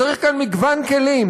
צריך כאן מגוון כלים,